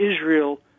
Israel